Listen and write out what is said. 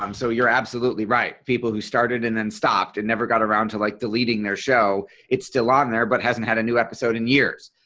um so you're absolutely right. people who started and then stopped and never got around to like deleting their show it's still on there but hasn't had a new episode in years.